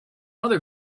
other